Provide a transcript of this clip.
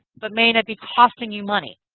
but may and be costing you money.